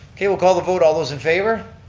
okay, we'll call the vote, all those in favor?